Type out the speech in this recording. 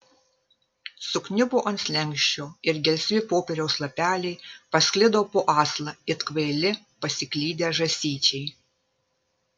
sukniubo ant slenksčio ir gelsvi popieriaus lapeliai pasklido po aslą it kvaili pasiklydę žąsyčiai